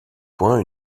point